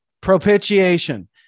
Propitiation